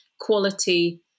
quality